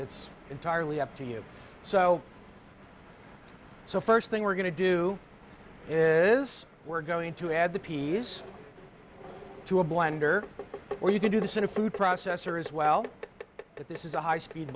it's entirely up to you so so first thing we're going to do is we're going to add the peas to a blender or you can do this in a food processor as well but this is a high speed